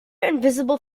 invisible